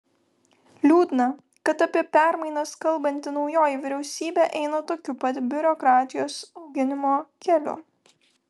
liūdna kad apie permainas kalbanti naujoji vyriausybė eina tokiu pat biurokratijos auginimo keliu